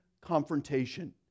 confrontation